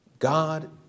God